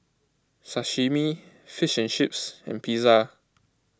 Sashimi Fish and Chips and Pizza